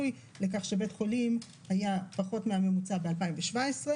אני באופן אישי הייתי בבית חולים שכן מאפשר את האופציה הזאת,